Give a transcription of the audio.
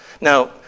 Now